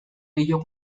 ello